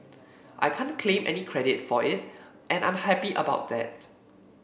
I can't claim any credit for it and I'm happy about that